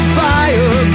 fire